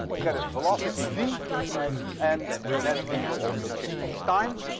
get a velocity v and that v will also change with time.